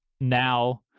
now